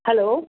hello